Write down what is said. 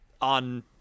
on